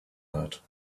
that